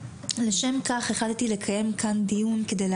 לשם כך החלטתי לקיים כאן דיון היום וזאת על מנת